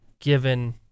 given